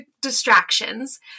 distractions